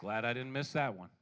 glad i didn't miss that one